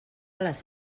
les